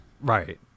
Right